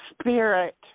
spirit